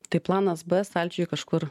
tai planas b stalčiuje kažkur